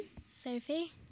Sophie